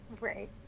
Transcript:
Right